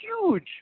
huge